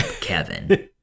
Kevin